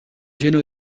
lleno